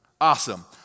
Awesome